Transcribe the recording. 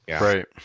Right